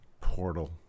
Portal